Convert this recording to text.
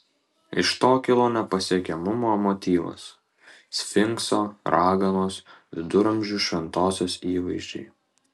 iš to kilo nepasiekiamumo motyvas sfinkso raganos viduramžių šventosios įvaizdžiai